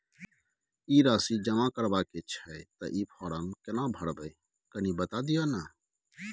ई राशि जमा करबा के छै त ई फारम केना भरबै, कनी बता दिय न?